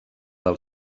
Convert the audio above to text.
del